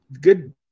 good